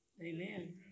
Amen